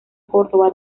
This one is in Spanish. córdoba